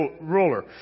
ruler